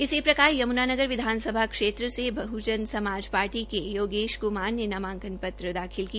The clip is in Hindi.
इसी प्रकार यमुनानगर विधानसभा क्षेत्र से बह्जन समाज पार्टी के योगेश कुमार ने नामांकन पत्रदाखिल किया